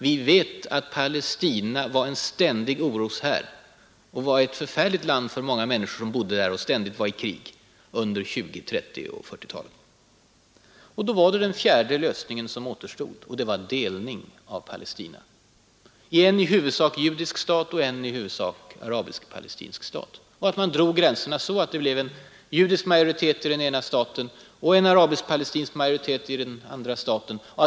Vi vet att Palestina var en ständig oroshärd. Det var då den fjärde lösningen som återstod: delning av Palestina i en i huvudsak judisk stat och en i huvudsak arabisk-palestinsk stat. Man drog gränserna så att det blev judisk majoritet i den ena staten och en arabisk-palestinsk majoritet i den andra.